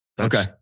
Okay